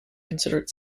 considered